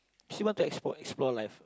she want to export explore life